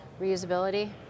Reusability